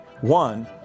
One